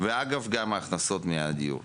וגם להכנסות מהדיור.